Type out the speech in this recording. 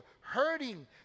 hurting